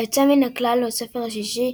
היוצא מן הכלל הוא הספר השישי,